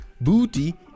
booty